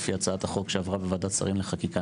לפי הצעת החוק שעברו בוועדת שרים לחקיקה,